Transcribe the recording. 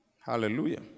Hallelujah